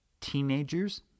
teenagers